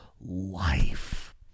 life